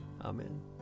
Amen